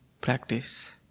practice